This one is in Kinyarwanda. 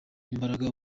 imbaraga